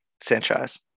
Sanchez